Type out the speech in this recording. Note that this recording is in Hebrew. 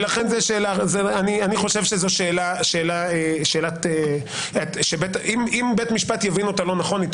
אני חושב שזו שאלה שאם בית משפט יבין אותה לא נכון,